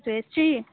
Jayashree